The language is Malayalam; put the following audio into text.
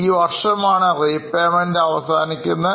ഈ വർഷമാണ് Reപെയ്മെൻറ് അവസാനിക്കുന്നത്